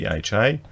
DHA